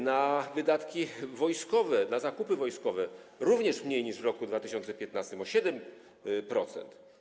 Na wydatki wojskowe, na zakupy wojskowe - również mniej niż w roku 2015, o 7%.